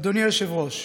אדוני היושב-ראש,